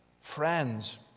Friends